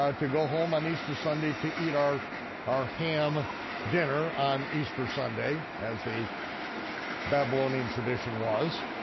ah to go home on easter sunday to eat our our ham dinner on easter sunday, as the babylonian tradition was,